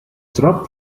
trap